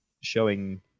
showing